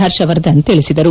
ಹರ್ಷವರ್ಧನ್ ತಿಳಿಸಿದರು